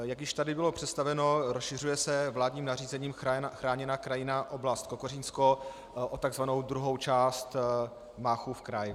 Jak již tady bylo představeno, rozšiřuje se vládním nařízením Chráněná krajinná oblast Kokořínsko o tzv. druhou část Máchův kraj.